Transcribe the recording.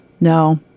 no